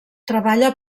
treballa